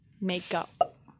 Makeup